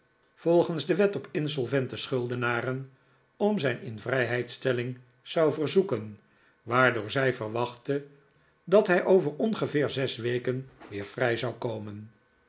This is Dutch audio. volgens de wet op insolvente schuldenaren om zijn invrijheidstelling zou verzoeken waardoor zij verwachtte dat hij over ongeveer zes weken weer vrij zou komen